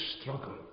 struggle